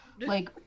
like-